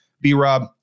B-Rob